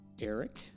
Eric